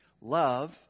Love